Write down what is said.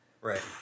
right